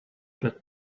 but